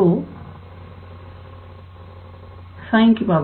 2 𝑠𝑖𝑛2𝜃